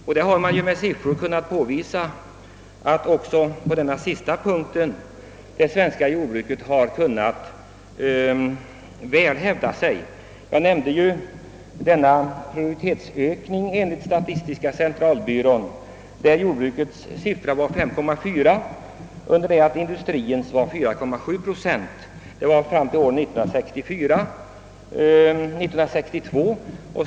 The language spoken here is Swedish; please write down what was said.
Jag har med siffror påvisat att det svenska jordbruket även på den sistnämnda punkten har kunnat hävda sig väl. Jag nämnde tidigare siffrorna över produktivitetsökningen enligt statistiska centralbyråns beräkningar, vilka visar att jordbrukets ökning var 5,4 procent under det att industriens var 4,7 procent fram till år 1962.